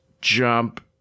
jump